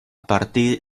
partir